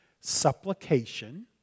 supplication